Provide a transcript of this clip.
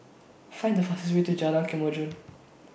Find The fastest Way to Jalan Kemajuan